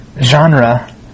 genre